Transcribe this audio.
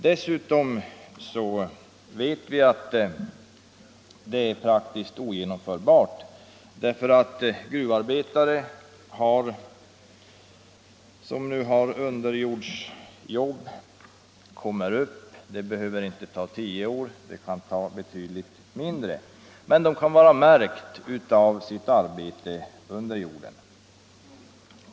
Dessutom vet vi att det är praktiskt ogenomförbart, därför att när gruvarbetare som nu har un = Nr 95 derjordsarbete börjar arbeta ovan jord — det behöver inte ta tio år, det Torsdagen den kan röra sig om betydligt kortare tid — kan de vara märkta av sitt arbete — 29 maj 1975 under jorden.